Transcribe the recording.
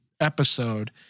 episode